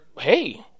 hey